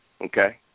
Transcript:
Okay